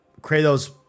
Kratos